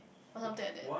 or something like that